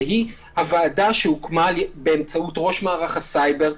והיא הוועדה שהוקמה באמצעות ראש מערך הסייבר,